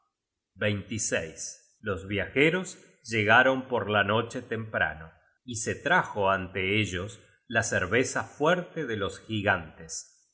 faltaba los viajeros llegaron por la noche temprano y se trajo ante ellos la cerveza fuerte de los gigantes